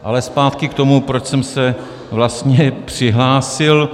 Ale zpátky k tomu, proč jsem se vlastně přihlásil.